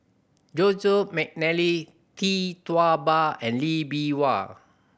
Joseph McNally Tee Tua Ba and Lee Bee Wah